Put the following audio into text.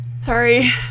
Sorry